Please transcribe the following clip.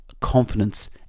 confidence